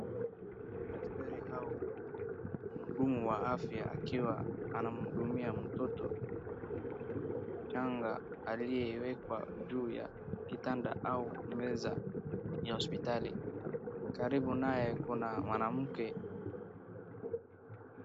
Daktari au mhudumu wa afya wakiwa anamhudumia mtoto mchanga aliyewekwa juu ya kitanda au meza ya hospitali. Karibu naye kuna mwanamke.